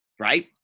right